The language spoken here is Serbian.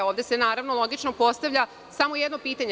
Ovde se naravno logično postavlja samo jedno pitanje.